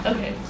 Okay